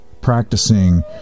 practicing